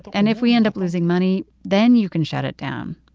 and if we end up losing money, then you can shut it down.